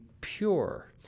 pure